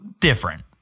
different